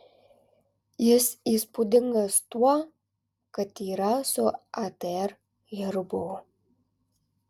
jis įspūdingas tuo kad yra su atr herbu